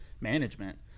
management